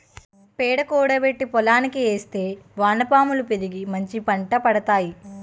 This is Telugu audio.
పేడ కూడబెట్టి పోలంకి ఏస్తే వానపాములు పెరిగి మంచిపంట పండుతాయి